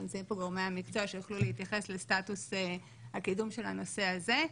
נמצאים פה גורמי המקצוע שיוכלו להתייחס לסטטוס הקידום של הנושא הזה.